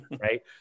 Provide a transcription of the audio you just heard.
Right